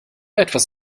etwas